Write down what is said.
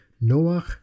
Noah